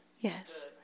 yes